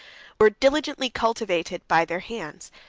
were diligently cultivated by their hands.